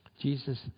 Jesus